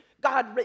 God